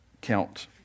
count